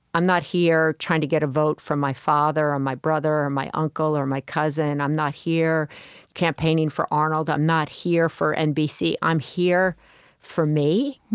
i'm not here trying to get a vote for my father or my brother or my uncle or my cousin. i'm not here campaigning for arnold. i'm not here for nbc. i'm here for me.